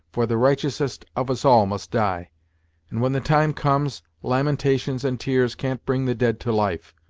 for the righteousest of us all must die and when the time comes, lamentations and tears can't bring the dead to life.